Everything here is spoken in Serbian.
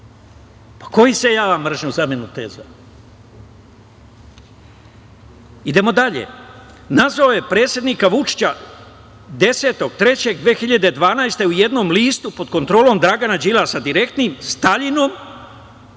Pa, ko isejava mržnju, zamenu teza? Idemo dalje. Nazove predsednika Vučića 10.3.2012. godine u jednom listu pod kontrolom Dragana Đilasa, direktnim, Staljinom,